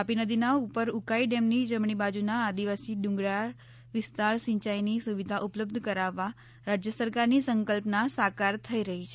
તાપી નદીના ઉપર ઉકાઈ ડેમની જમણી બાજુના આદિવાસી ડુંગરાળ વિસ્તાર સિંચાઈની સુવિધા ઉપલબ્ધ કરાવવા રાજય સરકારની સંકલ્પના સાકાર થઇ રહી છે